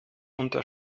unter